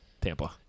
Tampa